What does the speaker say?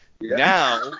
Now